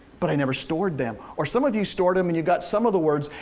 but i never stored them. or some of you stored them and you got some of the words,